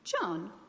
John